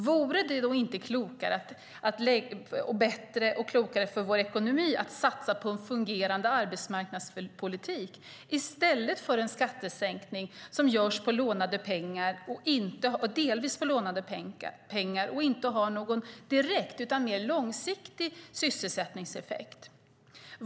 Vore det då inte klokare och bättre för vår ekonomi att satsa på en fungerande arbetsmarknadspolitik i stället för en skattesänkning som görs på delvis lånade pengar och inte har någon direkt utan mer långsiktig sysselsättningseffekt?